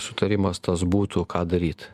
sutarimas tas būtų ką daryt